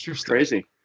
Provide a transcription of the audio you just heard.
Crazy